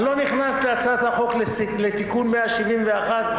אני לא נכנס להצעת החוק לתיקון 171. יו"ר הכנסת